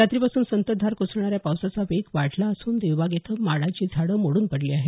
रात्री पासून संततधार कोसळणाऱ्या पावसाचा वेग वाढला असून देवबाग इथं माडाची झाडे मोडून पडली आहेत